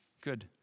Good